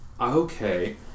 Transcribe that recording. Okay